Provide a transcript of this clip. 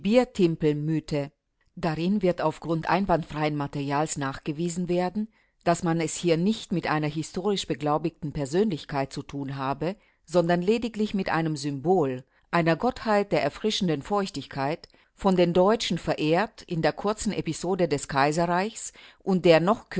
biertimpel-mythe darin wird auf grund einwandfreien materials nachgewiesen werden daß man es hier nicht mit einer historisch beglaubigten persönlichkeit zu tun habe sondern lediglich mit einem symbol einer gottheit der erfrischenden feuchtigkeit von den deutschen verehrt in der kurzen episode des kaiserreiches und der noch